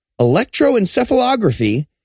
electroencephalography